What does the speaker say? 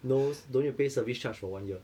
no don't need to pay service charge for one year